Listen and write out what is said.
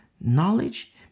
knowledge